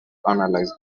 analyze